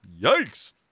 Yikes